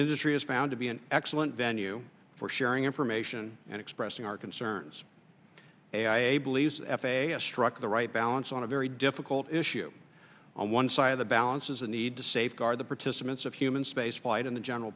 industries found to be an excellent venue for sharing information and expressing our concerns believes f a s struck the right balance on a very difficult issue on one side of the balance is a need to safeguard the participants of human spaceflight in the general